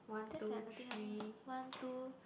there's like nothing else one two